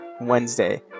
Wednesday